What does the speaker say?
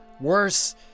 worse